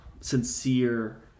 sincere